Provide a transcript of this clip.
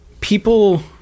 people